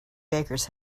bakers